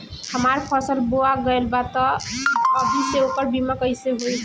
हमार फसल बोवा गएल बा तब अभी से ओकर बीमा कइसे होई?